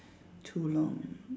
too long